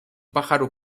pájaro